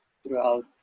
throughout